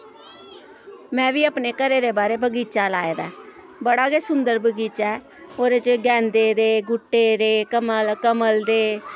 मैं बी अपने घरे दे बाह्रे बगीचा लाए दा ऐ बड़ा गै सुंदर बगीचा ऐ ओह्दे च गैंदे दे गुट्टे दे कमल कमल दे